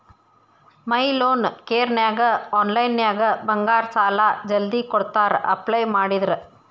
ಮೈ loan ಕೇರನ್ಯಾಗ ಆನ್ಲೈನ್ನ್ಯಾಗ ಬಂಗಾರ ಸಾಲಾ ಜಲ್ದಿ ಕೊಡ್ತಾರಾ ಅಪ್ಲೈ ಮಾಡಿದ್ರ